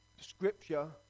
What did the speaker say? scripture